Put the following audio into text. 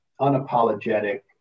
unapologetic